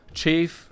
Chief